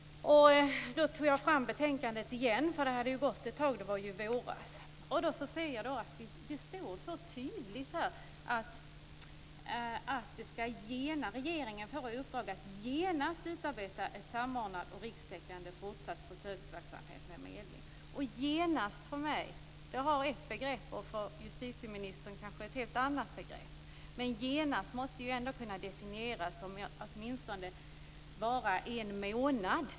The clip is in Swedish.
Då tog jag fram betänkandet igen, för det hade gått ett tag - det var ju i våras. Det står tydligt att regeringen får i uppdrag att genast utarbeta en samordnad och rikstäckande fortsatt försöksverksamhet med medling. "Genast" är ett begrepp för mig, och för justitieministern är det kanske ett helt annat begrepp. Men "genast" måste åtminstone kunna definieras som att det rör sig om en månad.